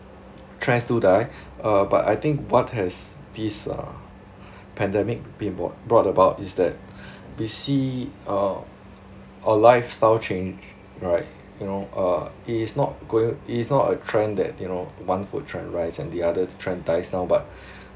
trends do die uh but I think what has this uh pandemic been bought brought about is that we see uh a lifestyle change right you know uh it is not goi~ it is not a trend that you know one food trend rise and the other trend dies down but